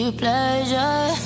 pleasure